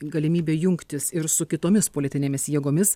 galimybė jungtis ir su kitomis politinėmis jėgomis